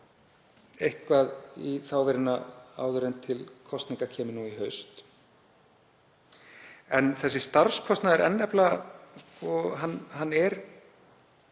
eitthvað í þá veruna áður en til kosninga kemur nú í haust. Þessi starfskostnaður er nefnilega